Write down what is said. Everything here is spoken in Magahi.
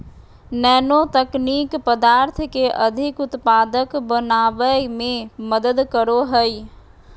नैनो तकनीक पदार्थ के अधिक उत्पादक बनावय में मदद करो हइ